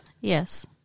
Yes